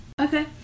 Okay